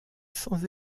sans